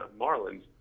Marlins